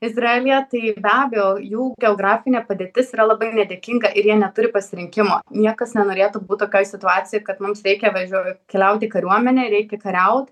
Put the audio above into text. izraelyje tai be abejo jų geografinė padėtis yra labai nedėkinga ir jie neturi pasirinkimo niekas nenorėtų būt tokioj situacijoj kad mums reikia važio keliaut į kariuomenę reikia kariaut